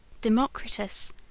democritus